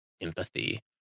empathy